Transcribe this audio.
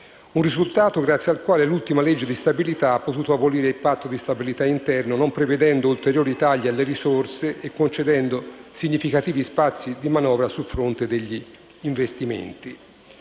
un risultato grazie al quale l'ultima legge di stabilità ha potuto abolire il Patto di stabilità interno, non prevedendo ulteriori tagli alle risorse e concedendo significativi spazi di manovra sul fronte degli investimenti.